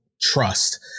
trust